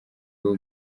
rwo